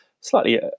slightly